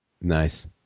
Nice